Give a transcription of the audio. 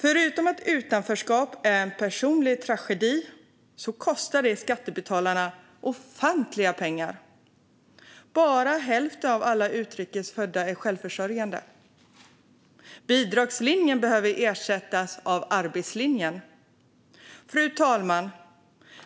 Förutom att utanförskap är en personlig tragedi kostar det skattebetalarna ofantliga summor. Bara hälften av alla utrikes födda är självförsörjande. Bidragslinjen behöver ersättas av arbetslinjen. Fru talman!